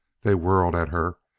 they whirled at her,